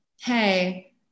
hey